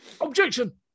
Objection